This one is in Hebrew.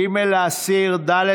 ג', ד',